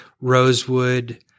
rosewood